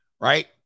Right